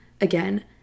again